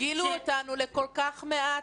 הרגילו אותנו לכל כך מעט,